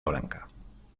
blanca